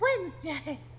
Wednesday